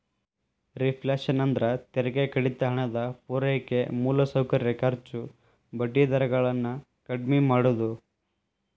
reflation ಅಂದ್ರ ತೆರಿಗೆ ಕಡಿತ ಹಣದ ಪೂರೈಕೆ ಮೂಲಸೌಕರ್ಯ ಖರ್ಚು ಬಡ್ಡಿ ದರ ಗಳನ್ನ ಕಡ್ಮಿ ಮಾಡುದು